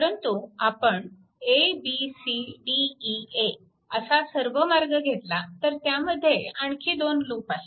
परंतु आपण abcdea असा सर्व मार्ग घेतला तर त्यामध्ये आणखी दोन लूप आहेत